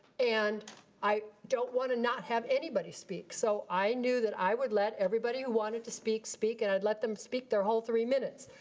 and i don't want to not have anybody speak, so i knew that i would let, everybody who wanted to speak, speak, and i would let them speak their whole three minutes.